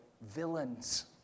villains